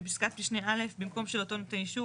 בפסקת משנה א במקום "של אותו נותן אישור"